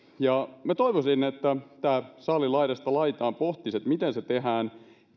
ja toivoisin että tämä sali laidasta laitaan pohtisi miten se tehdään